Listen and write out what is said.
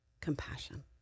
compassion